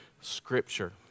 Scripture